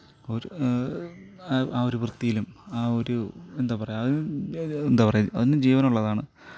ഒരു ആ ഒരു വൃത്തിയിലും ആ ഒരു എന്താ പറയാ എന്താ പറയാ അതിനും ജീവനുള്ളതാണ്